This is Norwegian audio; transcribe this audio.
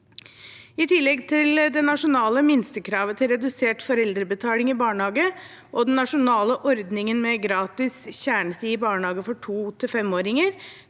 I tillegg til det nasjonale minstekravet til redusert foreldrebetaling i barnehage og den nasjonale ordningen med gratis kjernetid i barnehage for to- til